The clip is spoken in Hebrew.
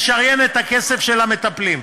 לשריין את הכסף של המטפלים,